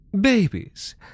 babies